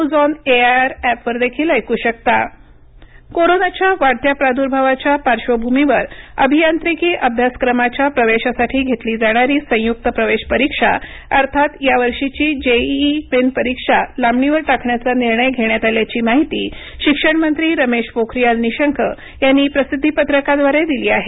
JEE कोरोनाच्या वाढत्या प्रादुर्भावाच्या पाश्र्वभूमीवर अभियांत्रिकी अभ्यासक्रमाच्या प्रवेशासाठी घेतली जाणारी संयुक्त प्रवेश परीक्षा अर्थात यावर्षीची जेईई मेन परीक्षा लांबणीवर टाकण्याचा निर्णय घेण्यात आल्याची माहिती शिक्षण मंत्री रमेश पोखरियाल निशंक यांनी प्रसिद्धीपत्रकाद्वारे दिली आहे